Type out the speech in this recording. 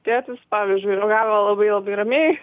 tėtis pavyzdžiui reagavo labai labai ramiai